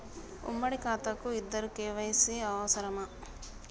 ఉమ్మడి ఖాతా కు ఇద్దరు కే.వై.సీ అవసరమా?